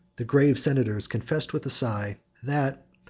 the grave senators confessed with a sigh, that,